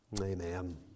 Amen